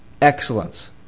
excellence